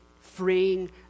freeing